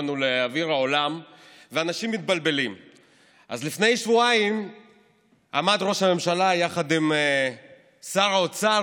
אז לפני שבועיים עמד ראש הממשלה יחד עם שר האוצר